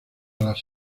las